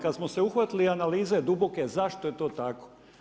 Kada smo se uhvatili analize duboke, zašto je to tako.